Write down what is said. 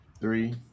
Three